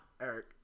Eric